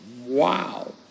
Wow